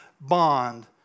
bond